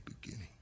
beginning